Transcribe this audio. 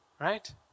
Right